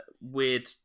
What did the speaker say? Weird